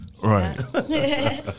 right